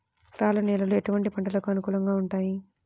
రాళ్ల నేలలు ఎటువంటి పంటలకు అనుకూలంగా ఉంటాయి?